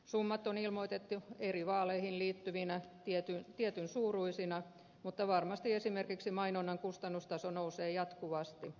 summat on ilmoitettu eri vaaleihin liittyvinä tietyn suuruisina mutta varmasti esimerkiksi mainonnan kustannustaso nousee jatkuvasti